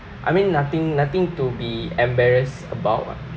I mean nothing nothing to be embarrassed about [what]